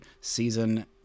season